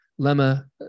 lemma